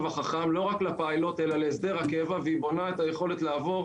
החכם ולא רק לפיילוט אלא להסדר הקבע והיא בונה את היכולת לעבור